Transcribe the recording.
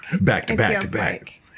Back-to-back-to-back